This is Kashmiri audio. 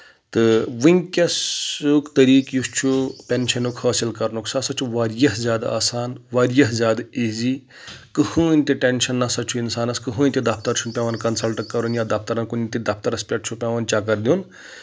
تہٕ وٕنکیٚسُک طٔریٖقہٕ یُس چھُ پؠنشَنُک حٲصِل کَرنُک سُہ ہسا چھُ واریاہ زیادٕ آسان واریاہ زیادٕ ایٖزی کٕہٕینۍ تہِ ٹؠنشَن نہ سا چھُ اِنسانَس کٕہٕینۍ تہِ دفتر چھُنہٕ پؠوان کَنسَلٹ کَرُن یا دفترَن کُنہِ تہِ دفترَس پؠٹھ چھُ پؠوان چکر دیُن